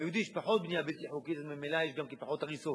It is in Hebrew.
ביהודי יש פחות בנייה בלתי חוקית אז ממילא יש גם פחות הריסות.